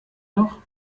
noch